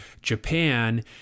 Japan